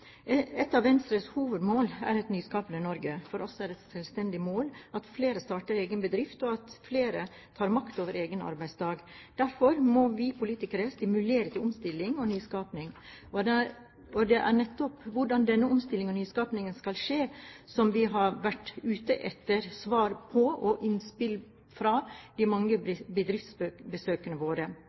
Et av Venstres hovedmål er et nyskapende Norge. For oss er det et selvstendig mål at flere starter egen bedrift, og at flere tar makten over egen arbeidsdag. Derfor må vi politikere stimulere til omstilling og nyskaping. Det er nettopp hvordan denne omstillingen og nyskapingen kan skje, som vi har vært ute etter svar på og innspill til i våre mange